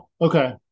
okay